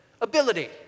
ability